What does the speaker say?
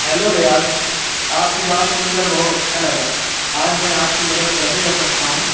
hello Riyaz آپ کی بات سن کر بہت اچھا لگا آج میں آپ کی مدد کیسے کر سکتا ہوں